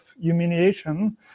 humiliation